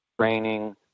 training